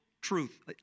truth